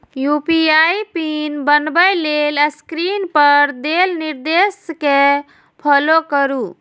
UPI PIN बनबै लेल screen पर देल निर्देश कें फॉलो करू